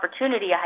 opportunity